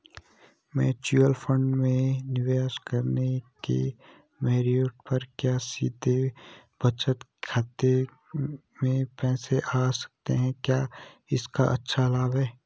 Mutual fund में निवेश करने पर मैच्योरिटी पर क्या सीधे बचत खाते में पैसे आ सकते हैं क्या इसका अच्छा लाभ है?